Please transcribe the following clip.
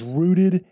rooted